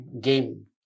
Game